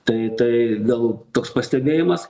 tai tai gal toks pastebėjimas